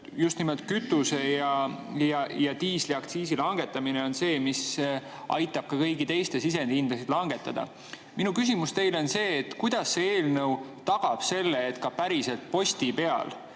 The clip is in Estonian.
nimelt kütuse- ja diisliaktsiisi langetamine see, mis aitab ka kõigi teiste sisendhindasid langetada. Minu küsimus teile on selline: kuidas see eelnõu tagab selle, et ka päriselt posti peal